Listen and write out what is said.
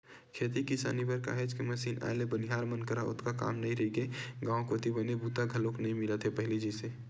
खेती किसानी बर काहेच के मसीन आए ले बनिहार मन करा ओतका काम नइ रहिगे गांव कोती बने बूता घलोक नइ मिलत हे पहिली जइसे